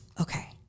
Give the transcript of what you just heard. okay